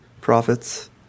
profits